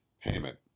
payment